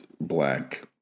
black